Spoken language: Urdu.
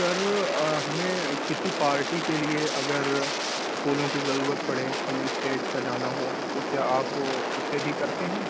سر ہمیں کسی پارٹی کے لیے اگر پھولوں کی ضرورت پڑے ہمیں اسٹیج سجانا ہو تو کیا آپ اسے بھی کرتے ہیں